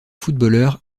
footballeurs